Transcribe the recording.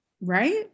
right